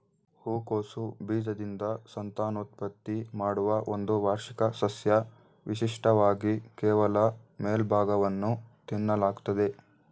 ಹೂಕೋಸು ಬೀಜದಿಂದ ಸಂತಾನೋತ್ಪತ್ತಿ ಮಾಡುವ ಒಂದು ವಾರ್ಷಿಕ ಸಸ್ಯ ವಿಶಿಷ್ಟವಾಗಿ ಕೇವಲ ಮೇಲ್ಭಾಗವನ್ನು ತಿನ್ನಲಾಗ್ತದೆ